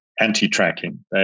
anti-tracking